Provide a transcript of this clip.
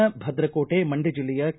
ನ ಭದ್ರ ಕೋಟೆ ಮಂಡ್ಯ ಜಿಲ್ಲೆಯ ಕೆ